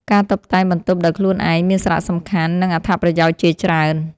ការតុបតែងបន្ទប់ដោយខ្លួនឯងមានសារៈសំខាន់ និងអត្ថប្រយោជន៍ជាច្រើន។